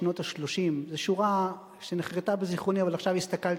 זו שורה שנחרתה בזיכרוני אבל עכשיו הסתכלתי